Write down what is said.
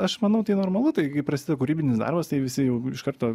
aš manau tai normalu tai kai prasideda kūrybinis darbas tai visi jau iš karto